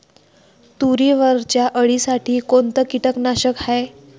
तुरीवरच्या अळीसाठी कोनतं कीटकनाशक हाये?